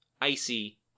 icy